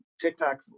TikTok